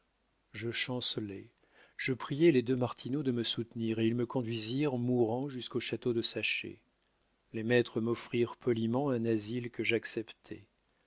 je chancelai je priai les deux martineau de me soutenir et ils me conduisirent mourant jusqu'au château de saché les maîtres m'offrirent poliment un asile que j'acceptai